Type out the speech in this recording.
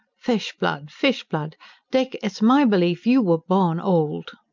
fish-blood, fish-blood dick, it's my belief you were born old.